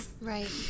Right